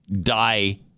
die